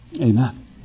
Amen